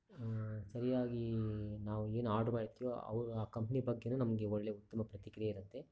ಸರಿಯಾಗಿ ನಾವು ಏನು ಆರ್ಡ್ರ್ ಮಾಡಿರ್ತೀವೋ ಅವ್ರ ಆ ಕಂಪ್ನಿ ಬಗ್ಗೆಯೇ ನಮಗೆ ಒಳ್ಳೆಯ ಉತ್ತಮ ಪ್ರತಿಕ್ರಿಯೆ ಇರುತ್ತೆ